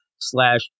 slash